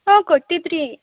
ಹಾಂ ಕೊಟ್ಟಿದ್ರಿ